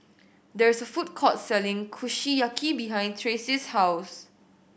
there is a food court selling Kushiyaki behind Traci's house